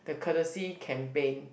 the courtesy campaign